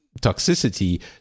toxicity